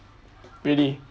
really